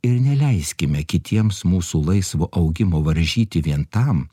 ir neleiskime kitiems mūsų laisvo augimo varžyti vien tam